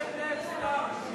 משאלת לב, סתיו.